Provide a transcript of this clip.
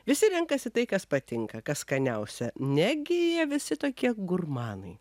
visi renkasi tai kas patinka kas skaniausia negi jie visi tokie gurmanai